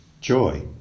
Joy